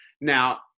Now